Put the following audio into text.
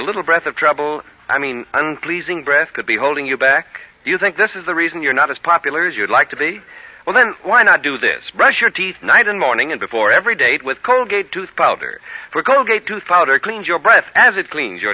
little breath of trouble i mean and pleasing breath could be holding you back do you think this is the reason you're not as popular as you'd like to be well then why not do this brush your teeth night and morning and before every date with colgate toothpaste or for colgate to thaw out or clean your breath as it cleans your